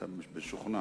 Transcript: אורלב.